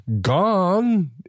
gone